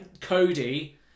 Cody